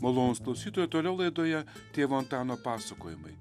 malonūs klausytojai toliau laidoje tėvo antano pasakojimai